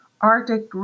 Arctic